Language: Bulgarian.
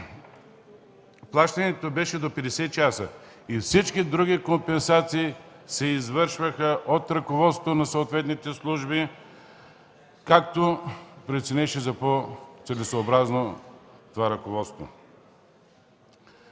плащането беше до 50 часа и всички други компенсации се извършваха от ръководството на съответните служби, както преценеше за по-целесъобразно това ръководство.